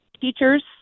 teachers